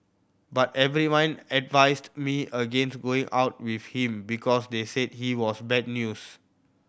but everyone advised me against going out with him because they said he was bad news